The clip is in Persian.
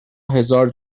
هزار